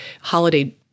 holiday